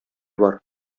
бар